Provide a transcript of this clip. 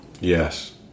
Yes